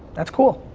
that's cool,